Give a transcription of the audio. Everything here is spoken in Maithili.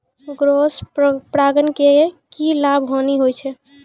क्रॉस परागण के की लाभ, हानि होय छै?